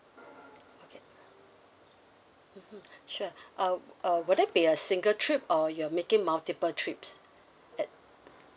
okay mmhmm sure uh uh will it be a single trip or you're making multiple trips at